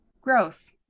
Gross